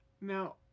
Now